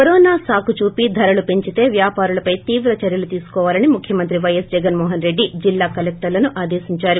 corona సాకుచూపి ధరలు పెంచితే వ్యాపారులపై తీవ్ర చర్యలు తీసుకోవాలని ముఖ్యమంత్రి పైఎస్ జగస్ మోహన్ రెడ్డి జిల్లా కలెక్టర్లను ఆదేశించారు